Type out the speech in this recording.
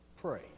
pray